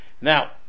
Now